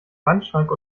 wandschrank